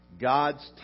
God's